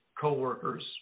coworkers